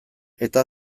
eta